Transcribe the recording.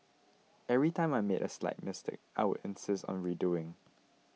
every time I made a slight mistake I would insist on redoing